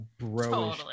bro